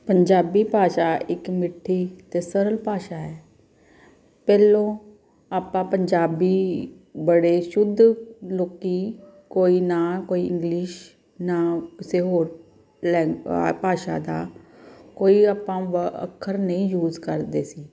ਪੰਜਾਬੀ ਭਾਸ਼ਾ ਇੱਕ ਮਿੱਠੀ ਅਤੇ ਸਰਲ ਭਾਸ਼ਾ ਹੈ ਪਹਿਲੋਂ ਆਪਾਂ ਪੰਜਾਬੀ ਬੜੇ ਸ਼ੁੱਧ ਲੋਕ ਕੋਈ ਨਾ ਕੋਈ ਇੰਗਲਿਸ਼ ਨਾ ਕਿਸੇ ਹੋਰ ਲੈਂਗ ਭਾਸ਼ਾ ਦਾ ਕੋਈ ਆਪਾਂ ਵ ਅੱਖਰ ਨਹੀਂ ਯੂਜ ਕਰਦੇ ਸੀ